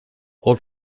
all